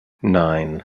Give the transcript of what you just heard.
nine